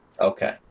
Okay